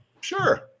Sure